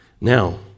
Now